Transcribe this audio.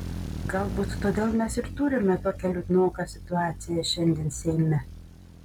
galbūt todėl mes ir turime tokią liūdnoką situaciją šiandien seime